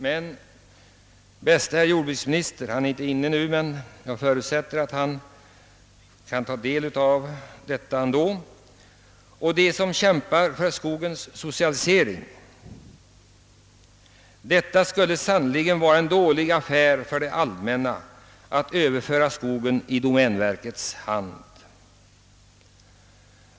Men, bäste herr jordbruksminister och de som kämpar för skogens socialisering, det skulle sannerligen vara en dålig affär för det allmänna att överföra skogen till domänverket. Jordbruksministern är för tillfället inte inne i kammaren, men jag förutsätter att han ändå kan ta del av vad jag säger.